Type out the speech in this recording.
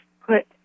put